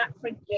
forget